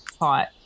hot